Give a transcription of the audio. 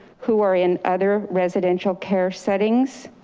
who are in other residential care settings,